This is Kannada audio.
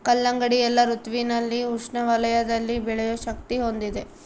ಕಲ್ಲಂಗಡಿ ಎಲ್ಲಾ ಋತುವಿನಲ್ಲಿ ಉಷ್ಣ ವಲಯದಲ್ಲಿ ಬೆಳೆಯೋ ಶಕ್ತಿ ಹೊಂದಿದೆ